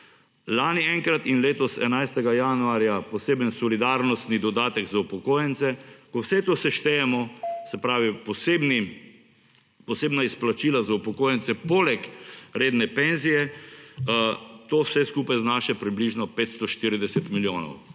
lani enkrat in letos 11. januarja poseben solidarnostni dodatek za upokojence. Ko vse to seštejemo, se pravi, posebna izplačila za upokojence poleg redne pokojnine, to vse skupaj znaša približno 540 milijonov.